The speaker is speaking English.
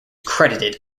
credited